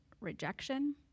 rejection